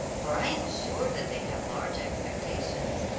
for i am sure that they have large expectations?